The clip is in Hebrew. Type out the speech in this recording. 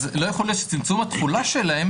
אז לא יכול להיות שצמצום התחולה שלהם,